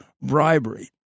bribery